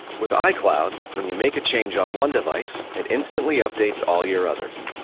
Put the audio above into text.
with icloud, when you make a change on one device, it instantly updates all your others.